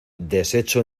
deshecho